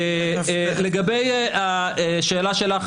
לגבי השאלה שלך